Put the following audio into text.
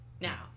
Now